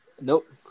Nope